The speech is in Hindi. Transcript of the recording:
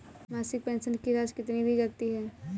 मासिक पेंशन की राशि कितनी दी जाती है?